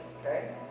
okay